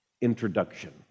introduction